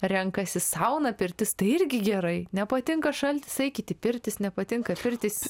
renkasi sauną pirtis tai irgi gerai nepatinka šaltis eikit į pirtis nepatinka pirtis